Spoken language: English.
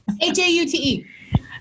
H-A-U-T-E